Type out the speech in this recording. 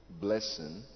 blessing